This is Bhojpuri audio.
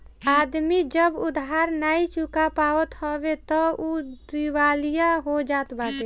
आदमी जब उधार नाइ चुका पावत हवे तअ उ दिवालिया हो जात बाटे